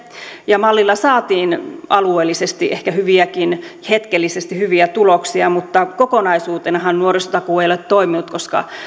ja mallilla saatiin alueellisesti ehkä hetkellisesti hyviäkin tuloksia mutta kokonaisuutenahan nuorisotakuu ei ole toiminut koska